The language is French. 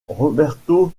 roberto